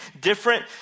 different